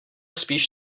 spíš